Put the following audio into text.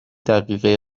دقیقه